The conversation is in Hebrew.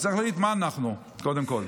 אז צריך להחליט מה אנחנו קודם כול.